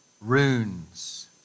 runes